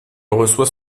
reçoit